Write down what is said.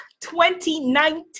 2019